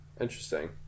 interesting